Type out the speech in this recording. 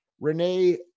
Renee